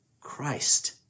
Christ